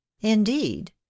indeed